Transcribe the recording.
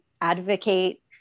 advocate